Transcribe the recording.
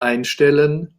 einstellen